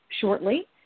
shortly